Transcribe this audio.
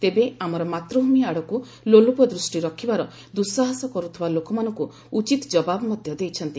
ତେବେ ଆମର ମାତୃଭୂମି ଆଡକୁ ଲୋଲୁପ ଦୃଷ୍ଟି ରଖିବାର ଦ୍ୟୁସାହସ କରୁଥିବା ଲୋକମାନଙ୍କୁ ଉଚିତ୍ ଜବାବ ମଧ୍ୟ ଦେଇଛନ୍ତି